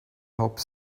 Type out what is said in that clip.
hope